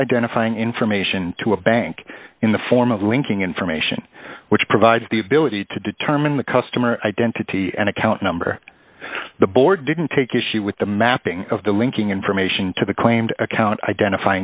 identifying information to a bank in the form of linking information which provides the ability to determine the customer identity and account number the board didn't take issue with the mapping of the linking information to the claimed account identify